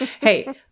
Hey